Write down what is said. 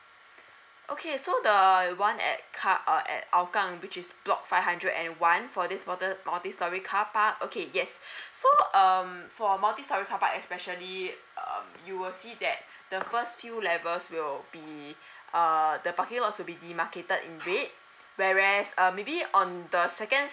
okay so the one at car uh at hougang which is block five hundred and one for this mountain multi storey carpark okay yes so um for a multi storey carpark especially uh you will see that the first few levels will be err the parking lot will be demarcated in red whereas um maybe on the second